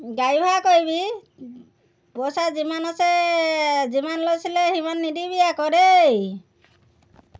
গাড়ী ভাড়া কৰিবি পইচা যিমান আছে এই যিমান লৈছিলে সিমান নিদিবি আকৌ দেই